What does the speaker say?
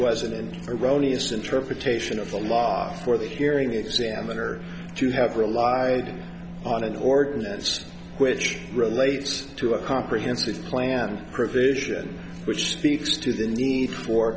an erroneous interpretation of the law for the hearing examiner to have relied on an ordinance which relates to a comprehensive plan provision which speaks to the need for